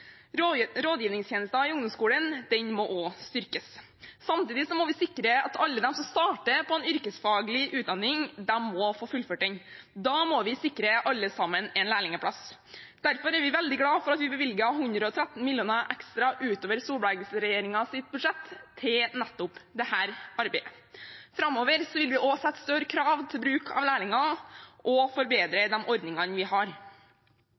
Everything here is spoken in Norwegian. Rådgivningstjenesten i ungdomsskolen må også styrkes. Samtidig må vi sikre at alle de som starter på en yrkesfaglig utdanning, får fullført den. Da må vi sikre alle sammen en lærlingplass. Derfor er vi veldig glade for at vi bevilget 113 mill. kr ekstra utover Solberg-regjeringens budsjett til nettopp dette arbeidet. Framover vil vi også sette større krav til bruk av lærlinger og forbedre de ordningene vi har.